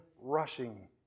rushing